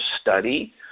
study